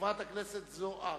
חברת הכנסת זוארץ.